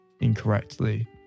incorrectly